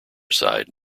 side